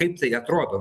kaip tai atrodo